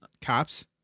cops